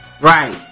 Right